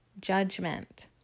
judgment